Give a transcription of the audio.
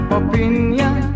opinion